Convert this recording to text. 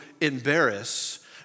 embarrass